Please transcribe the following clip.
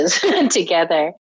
together